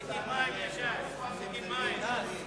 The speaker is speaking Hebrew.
ההצעה להסיר מסדר-היום את הצעת חוק המים (תיקון,